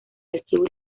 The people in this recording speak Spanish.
archivo